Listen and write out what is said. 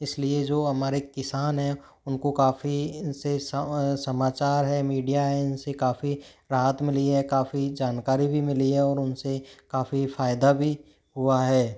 इसलिए जो हमारे किसान है उनको काफ़ी इनसे समाचार है मीडिया है इनसे काफ़ी राहत मिली है काफ़ी जानकारी भी मिली है और उनसे काफ़ी फायदा भी हुआ है